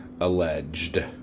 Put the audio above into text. alleged